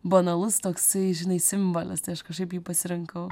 banalus toks žinai simbolis tai aš kažkaip jį pasirinkau